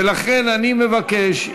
ולכן אני מבקש,